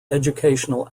educational